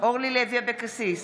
אורלי לוי אבקסיס,